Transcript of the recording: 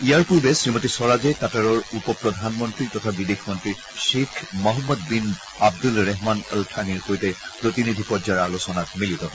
ইয়াৰ পূৰ্বে শ্ৰীমতী স্বৰাজে কাটাৰৰ উপ প্ৰধানমন্ত্ৰী তথা বিদেশ মন্ত্ৰী ধ্বেখ Mohammed bin Abdul Rahman Al থানিৰ সৈতে প্ৰতিনিধি পৰ্যায়ৰ আলোচনাত মিলিত হয়